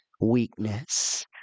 weakness